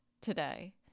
today